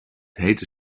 hete